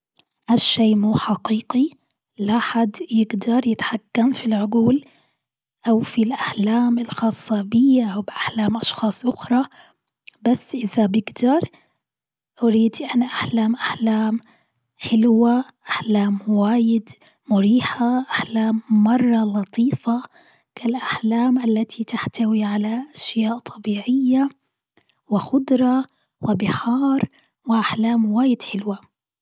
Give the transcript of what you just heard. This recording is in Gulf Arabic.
هالشيء مو حقيقي، لا حد يقدر يتحكم في العقول أو في الأحلام الخاصة بيا أو بأحلام أشخاص الآخرى بس إذا بقدر أريد أن أحلم أحلام حلوة، أحلام واجد مريحة أحلام مرة لطيفة كالأحلام التي تحتوي على أشياء طبيعية وخضرة وبحار وأحلام واجد حلوة.